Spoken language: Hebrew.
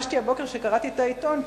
כשקראתי את העיתון הבוקר,